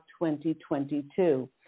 2022